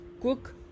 cook